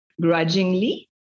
grudgingly